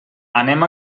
anem